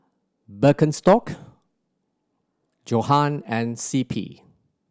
Birkenstock Johan and C P